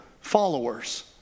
followers